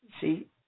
See